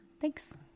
Thanks